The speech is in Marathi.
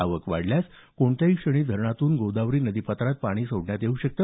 आवक वाढल्यास कुठल्याही क्षणी धरणातून गोदावरी नदीपात्रात पाणी सोडण्यात येऊ शकते